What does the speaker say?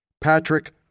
Patrick